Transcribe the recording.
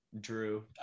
Drew